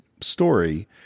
story